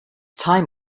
time